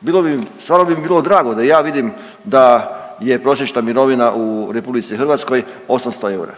Bilo bi mi, stvarno bi mi bilo drago da i ja vidim da je prosječna mirovina u RH 800 eura,